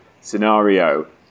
scenario